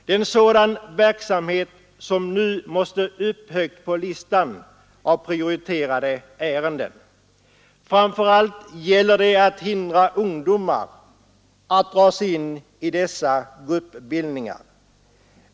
Det är insatser på dessa områden som nu måste sättas högt på listan över prioriterade ärenden. Framför allt gäller det att hindra ungdomar från att dras in i dessa gruppbildningar.